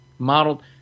Modeled